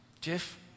Jeff